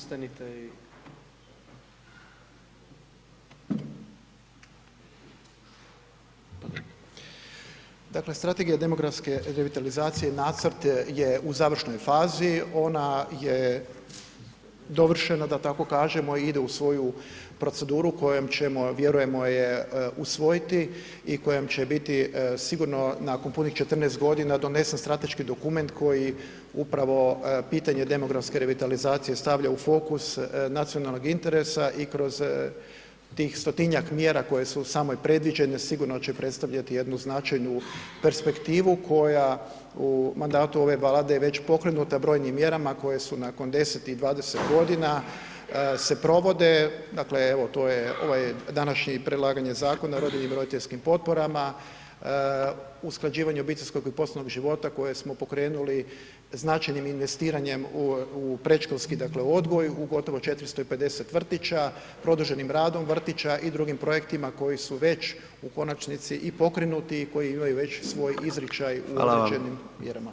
Dakle Strategija demografske revitalizacije nacrt je u završnoj fazi, ona je dovršena da tako kažemo, ide u svoju proceduru kojom ćemo vjerujemo je usvojiti i kojom će biti sigurno nakon 14 g. donesen strateški dokument koji upravo pitanje demografske revitalizacije stavlja u fokus nacionalnog interesa i kroz tih 100-tinjak mjera koje su samo predviđene, sigurno će predstavljati jednu značajnu perspektivu koja u mandatu ove Vlade je već pokrenuta brojnim mjerama koje su nakon 10 i 20 g. se provode, dakle evo to je ovo današnje i predlaganje Zakona o rodiljnim i roditeljskim potporama, usklađivanje obiteljskog i poslovnog života koje smo pokrenuli značajnim investiranjem u predškolski odgoj u gotovo 450 vrtića, produženim radom vrtića i drugim projektima koji su već u konačnici i pokrenuti i koji imaju već i svoj izričaj u određenim mjerama.